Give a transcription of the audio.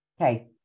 okay